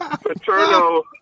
paternal